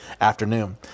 afternoon